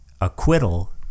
acquittal